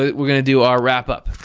we're going to do our wrap-up.